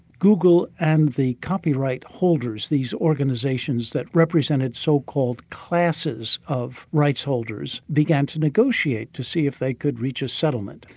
google and the copyright holders, these organisations that represented so-called classes of rights holders, began to negotiate to see if they could reach a settlement.